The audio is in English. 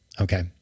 Okay